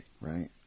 right